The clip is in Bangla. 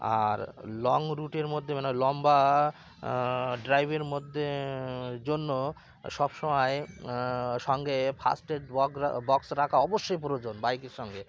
আর লং রুটের মধ্যে মানে ওই লম্বা ড্রাইভের মধ্যে জন্য সবসময় সঙ্গে ফার্স্ট এড বক রা বক্স রাখা অবশ্যই প্রয়োজন বাইকের সঙ্গে